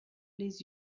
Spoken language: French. les